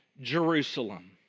Jerusalem